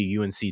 UNC